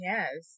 Yes